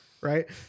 right